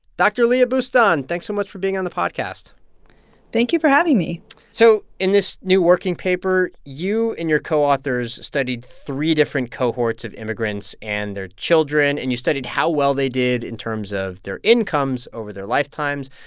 dr. leah boustan, thanks so much for being on the podcast thank you for having me so in this new working paper, you and your co-authors studied three different cohorts of immigrants and their children. and you studied how well they did in terms of their incomes over their lifetimes.